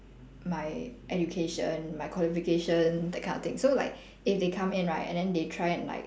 my education my qualification that kind of thing so like if they come in right and then they try and like